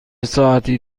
ساعتی